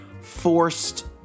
forced